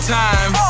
time